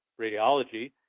radiology